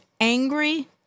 angry